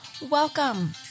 Welcome